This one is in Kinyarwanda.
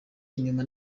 inyuma